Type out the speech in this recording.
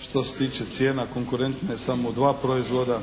što se tiče cijena konkurentne samo dva proizvoda,